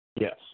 Yes